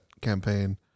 campaign